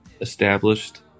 established